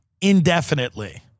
indefinitely